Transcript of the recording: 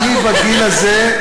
אני בגיל הזה,